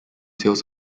sales